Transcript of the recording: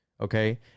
Okay